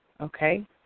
Okay